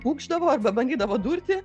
pūkšdavo arba bandydavo durti